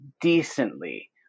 decently